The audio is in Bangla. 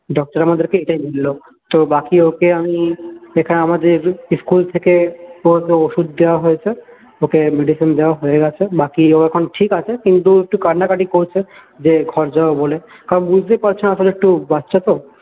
ডক্টর আমাদেরকে এটাই বললো তো বাকি ওকে আমি যেটা আমাদের স্কুল থেকে ওষুধ দেওয়া হয়েছে ওকে মেডিসিন দেওয়া হয়ে গেছে বাকি ও এখন ঠিক আছে কিন্তু একটু কান্নাকাটি করছে যে ঘর যাবে বলে কারণ বুঝতেই পারছেন এখন একটু বাচ্চা তো